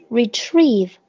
retrieve